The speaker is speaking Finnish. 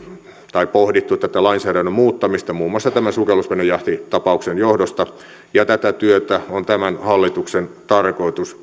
tai pohdittu tätä lainsäädännön muuttamista muun muassa tämän sukellusvenejahtitapauksen johdosta ja tätä työtä on tämän hallituksen tarkoitus